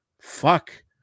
fuck